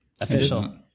Official